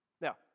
Now